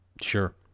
Sure